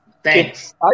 Thanks